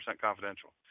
confidential